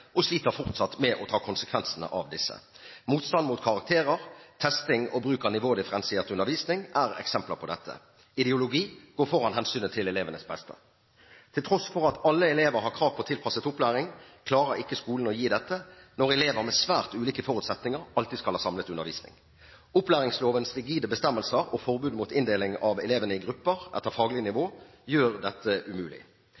og sliter fortsatt med å ta konsekvensene av dette. Motstand mot karakterer, testing og bruk av nivådifferensiert undervisning er eksempler på dette. Ideologi går foran hensynet til elevenes beste. Til tross for at alle elever har krav på tilpasset opplæring, klarer ikke skolen å gi dette når elever med svært ulike forutsetninger alltid skal ha samlet undervisning. Opplæringslovens rigide bestemmelser og forbud mot inndeling av elevene i grupper etter faglig